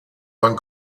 van